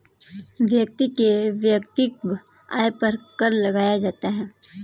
व्यक्ति के वैयक्तिक आय पर कर लगाया जाता है